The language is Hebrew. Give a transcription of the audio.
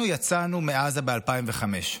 אנחנו יצאנו מעזה ב-2005,